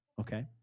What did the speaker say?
Okay